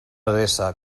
adreça